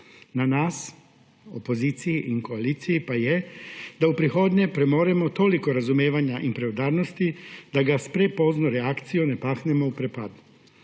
Na nas, opoziciji in koaliciji, pa je, da v prihodnje premoremo toliko razumevanja in preudarnosti, da ga s prepozno reakcijo ne pahnemo v prepad.